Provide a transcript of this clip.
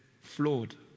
flawed